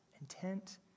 intent